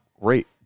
great